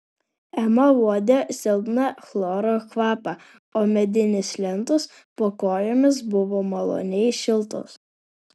ema uodė silpną chloro kvapą o medinės lentos po kojomis buvo maloniai šiltos